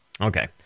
Okay